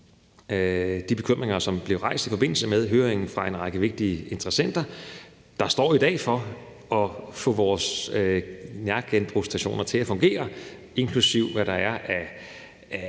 var bekymringer, der blev rejst i forbindelse med høringen fra en række vigtige interessenter, der i dag står for at få vores nærgenbrugsstationer til at fungere, inklusive hvad der er af